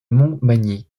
montmagny